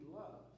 love